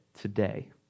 today